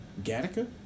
Gattaca